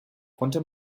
konnte